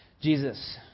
Jesus